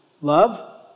Love